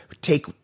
Take